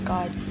God